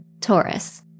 Taurus